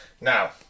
Now